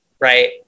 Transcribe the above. right